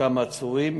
כמה עצורים.